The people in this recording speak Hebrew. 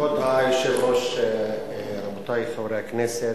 כבוד היושב-ראש, רבותי חברי הכנסת,